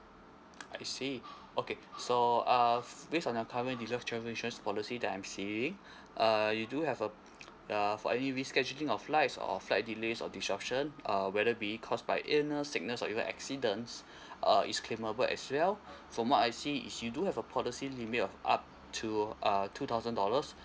I see okay so uh based on your current deluxe travel insurance policy that I'm seeing uh you do have a uh for any rescheduling of flights or flight delays or disruption uh whether be it caused by illness sickness or even accidents uh it's claimable as well from what I see is you do have a policy limit of up to a two thousand dollars